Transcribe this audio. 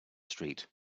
street